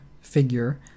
figure